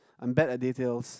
I'm bad at details